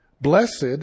Blessed